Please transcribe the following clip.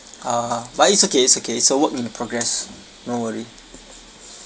uh but it's okay it's okay it's a work in progress no worry